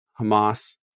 Hamas